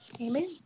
amen